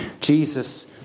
Jesus